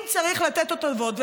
אם צריך לתת הטבות,